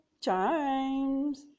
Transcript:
Chimes